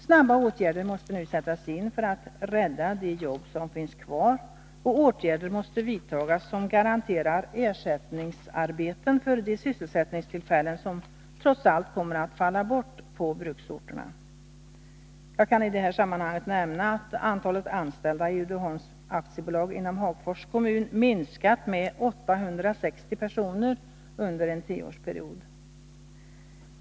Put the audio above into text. Snabba åtgärder måste nu sättas in för att rädda de jobb som finns kvar, och åtgärder måste vidtagas som garanterar ersättningsarbeten för de sysselsättningstillfällen som trots allt kommer att falla bort på bruksorterna. Jag kan i detta sammanhang nämna att antalet anställda i Uddeholms AB inom Hagfors kommun minskat med 860 personer under en tioårsperiod.